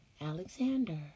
Alexander